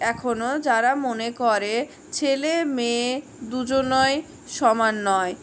এখনও যারা মনে করে ছেলে মেয়ে দুজনাই সমান নয়